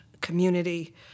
community